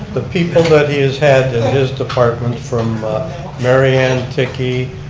the people that he's had in his department from maryanne tickee,